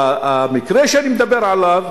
המקרה שאני מדבר עליו,